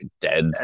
dead